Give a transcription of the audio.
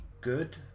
Good